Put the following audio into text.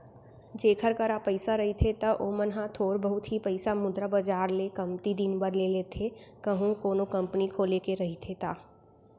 जेखर करा पइसा रहिथे त ओमन ह थोर बहुत ही पइसा मुद्रा बजार ले कमती दिन बर ले लेथे कहूं कोनो कंपनी खोले के रहिथे ता